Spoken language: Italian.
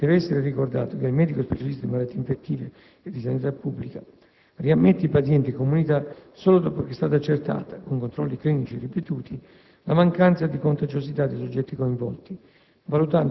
Deve essere ricordato che il medico specialista di malattie infettive e/o di sanità pubblica riammette i pazienti in comunità solo dopo che è stata accertata, con controlli clinici ripetuti, la mancanza di contagiosità dei soggetti coinvolti,